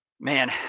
Man